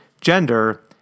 gender